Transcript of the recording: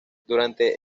durante